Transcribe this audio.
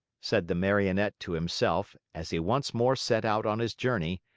said the marionette to himself, as he once more set out on his journey,